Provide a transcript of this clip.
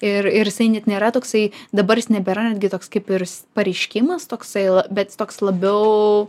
ir ir jisai net nėra toksai dabar jis nebėra netgi toks kaip ir pareiškimas toksai bet jis toks labiau